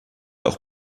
auch